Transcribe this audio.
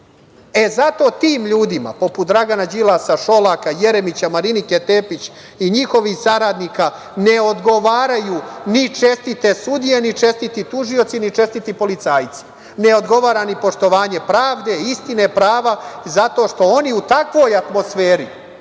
E, zato tim ljudima poput Dragana Đilasa, Šolaka, Jeremića, Marinike Tepić i njihovih saradnika ne odgovaraju ni čestite sudije, ni čestiti tužioci, ni čestiti policajci. Ne odgovara ni poštovanje pravde, istine, prava, zato što oni u takvoj atmosferi,